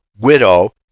widow